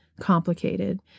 complicated